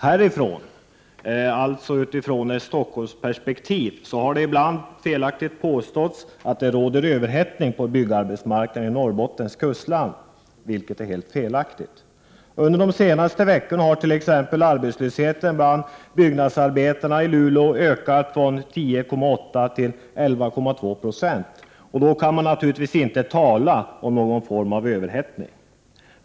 Härifrån, alltså utifrån ett Stockholmsperspektiv, har det ibland felaktigt påståtts att det råder en överhettning på byggarbetsmarknaden i Norrbottens kustland, vilket är helt felaktigt. Under de senaste veckorna har t.ex. arbetslösheten bland byggnadsarbetarna i Luleå ökat från 10,8 96 till 11,2 26, och då kan man naturligtvis inte tala om någon form av överhettning.